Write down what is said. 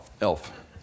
Elf